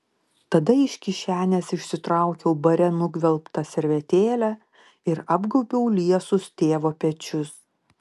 tada iš kišenės išsitraukiau bare nugvelbtą servetėlę ir apgaubiau liesus tėvo pečius